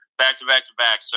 back-to-back-to-back